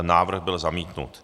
Návrh byl zamítnut.